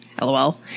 LOL